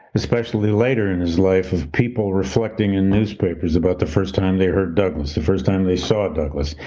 especially later in his life, of people reflecting in newspapers about the first time they heard douglass, the first time they saw douglass.